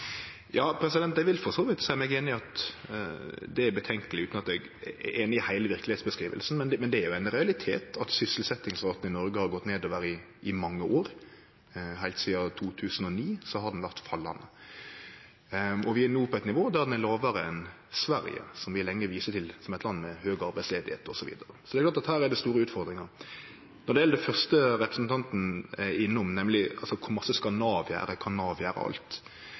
Eg vil for så vidt seie meg einig i at det er «betenkelig», utan at eg er einig i heile verkelegheitsbeskrivinga. Men det er ein realitet at sysselsetjingsraten i Noreg har gått nedover i mange år. Heilt sidan 2009 har han vore fallande. Vi er no på eit nivå der han er lågare enn i Sverige, som vi lenge viste til som eit land med høg arbeidsløyse osv. Så det er klart at her er det store utfordringar. Når det gjeld det første representanten er innom, nemleg kor mykje Nav skal gjere, om Nav kan gjere alt,